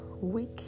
week